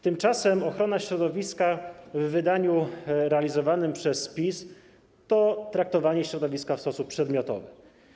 Tymczasem ochrona środowiska w wydaniu realizowanym przez PiS to traktowanie środowiska w sposób przedmiotowy.